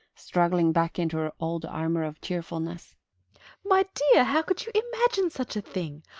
struggling back into her old armour of cheerfulness my dear, how could you imagine such a thing?